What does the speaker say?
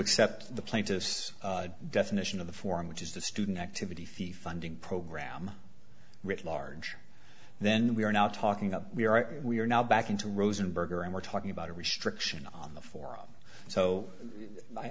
accept the plaintiff's definition of the form which is the student activity fee funding program written large then we are now talking of we are we are now back into rosenberger and we're talking about a restriction on the forum